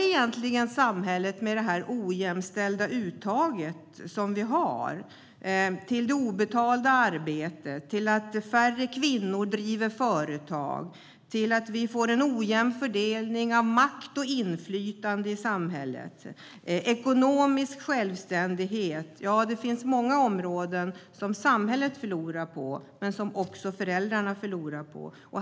Vad kostar det ojämställda uttaget egentligen samhället, i fråga om det obetalda arbetet, att färre kvinnor driver företag, att vi får en ojämn fördelning av makt och inflytande i samhället och ekonomisk självständighet? Det finns många områden som samhället men också föräldrarna förlorar på.